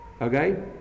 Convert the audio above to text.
okay